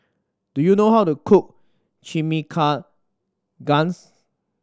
do you know how to cook Chimichangas